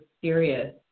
serious